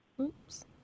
Oops